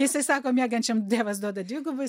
jisai sako miegančiam dievas duoda dvigubai